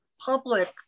public